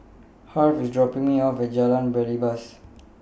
Harve IS dropping Me off At Jalan Belibas